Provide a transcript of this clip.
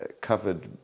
covered